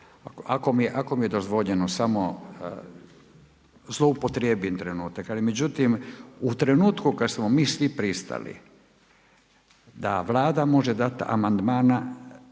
Ako mi je dozvoljeno samo, zloupotrijebi trenutak, ali međutim u trenutku kada smo mi svi pristali da Vlada može dati amandmana